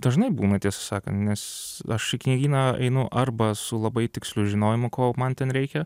dažnai būna tiesą sakan nes aš į knygyną einu arba su labai tiksliu žinojimu ko man ten reikia